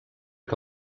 que